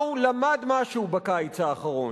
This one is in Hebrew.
נתניהו למד משהו בקיץ האחרון.